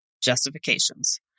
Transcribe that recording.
justifications